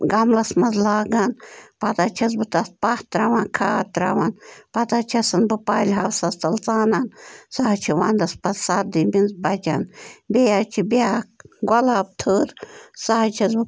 گَملس منٛز لاگان پَتہٕ حظ چھَس بہٕ تَتھ پَہ تَاوان کھاد تَراوان پتہٕ حظ چھَسن بہٕ پالہِ ہوسس تَل ژنان سَہ حظ چھِس ونٛدس پتہٕ سردی منٛز بَچن بیٚیہٕ حظ چھِ بیٛاکھ گۄلاب تھٔر سَہ حظ چھَس بہٕ